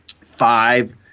five